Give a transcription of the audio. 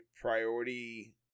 priority